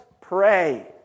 pray